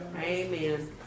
Amen